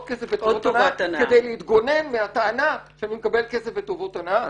כסף וטובות הנאה כדי להתגונן מהטענה שאני מקבל כסף וטובות הנאה.